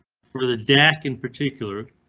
for the deck in particular,